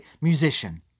musician